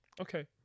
Okay